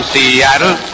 Seattle